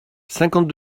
cinquante